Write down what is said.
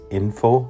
info